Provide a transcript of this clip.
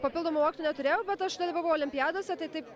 papildomų mokytojų neturėjau bet aš dalyvavau olimpiadose tai taip